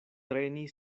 treni